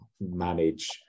manage